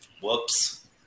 Whoops